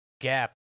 gap